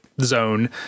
zone